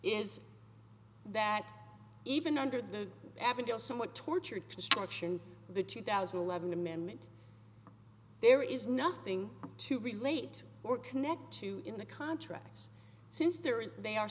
is that even under the avondale somewhat tortured construction the two thousand and eleven amendment there is nothing to relate or connect to in the contracts since there is they are